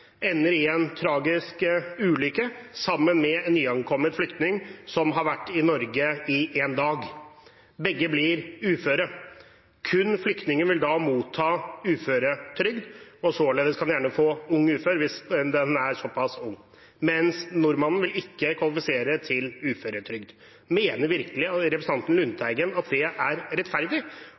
ender i en tragisk ulykke sammen med en nyankommet flyktning som har vært i Norge én dag. Begge blir uføre. Kun flyktningen vil da motta uføretrygd – og kan således gjerne få «ung ufør» hvis han er såpass ung – mens nordmannen ikke vil kvalifisere til uføretrygd. Mener virkelig representanten Lundteigen at det er rettferdig?